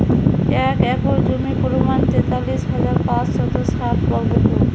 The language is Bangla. এক একর জমির পরিমাণ তেতাল্লিশ হাজার পাঁচশত ষাট বর্গফুট